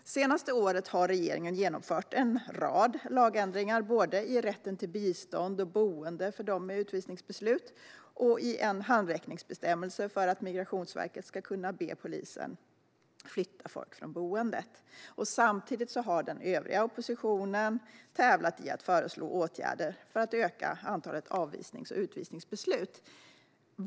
Det senaste året har regeringen genomfört en rad lagändringar, både i rätten till bistånd och boende för dem med utvisningsbeslut och i en handräckningsbestämmelse för att Migrationsverket ska kunna be polisen flytta folk från boendet. Samtidigt har den övriga oppositionen tävlat i att föreslå åtgärder för att öka antalet avvisnings och utvisningsbeslut.